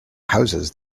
houses